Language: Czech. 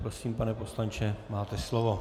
Prosím, pane poslanče, máte slovo.